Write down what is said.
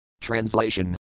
Translation